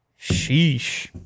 Sheesh